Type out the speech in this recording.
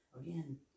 Again